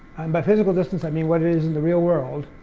by physical distance, i mean what it is in the real world,